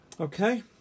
Okay